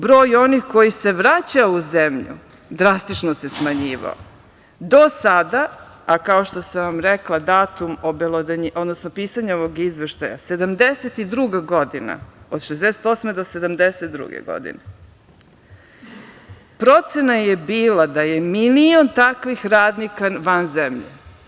Broj onih koji se vraćao u zemlju drastično se smanjivao, do sada, a kao što sam vam rekla datum, odnosno pisanja ovog izveštaja 1972. godine, od 1968. do 1972. godine procena je bila da je milion takvih radnika van zemlje.